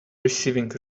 receiving